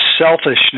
selfishness